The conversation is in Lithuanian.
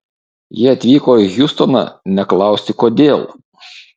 jie atvyko į hjustoną ne klausti kodėl